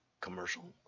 commercial